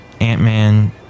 Ant-Man